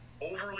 overly